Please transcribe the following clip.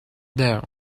there